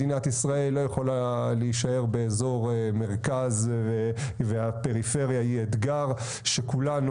מדינת ישראל לא יכולה להישאר באזור מרכז והפריפריה היא אתגר שכולנו,